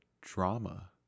drama